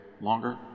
longer